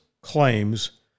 claims